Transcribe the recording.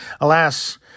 Alas